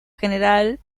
general